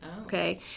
Okay